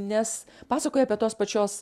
nes pasakoja apie tos pačios